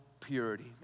purity